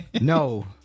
No